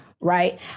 Right